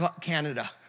Canada